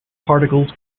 particles